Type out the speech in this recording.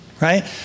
right